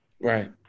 Right